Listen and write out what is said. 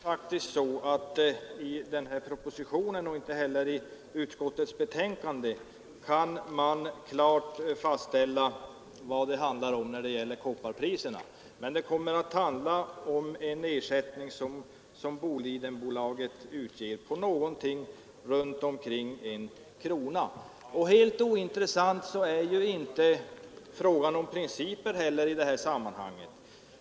Fru talman! Det är faktiskt så att varken i propositionen eller i utskottsbetänkandet kan man klart fastställa vad det handlar om när det gäller kopparpriserna. Men det kommer att handla om ersättning, som Bolidenbolaget utger, på omkring 1 krona.